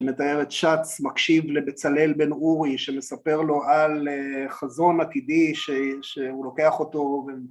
מתאר את שץ מקשיב לבצלאל בן אורי שמספר לו על חזון עתידי שהוא לוקח אותו